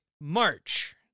March